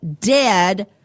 dead